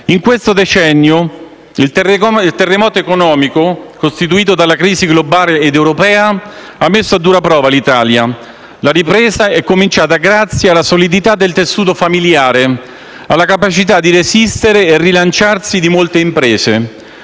In questo decennio il terremoto economico provocato dalla crisi globale ed europea ha messo a dura prova l'Italia. La ripresa è cominciata grazie alla solidità del tessuto familiare e alla capacità di resistere e rilanciarsi di molte imprese.